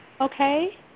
Okay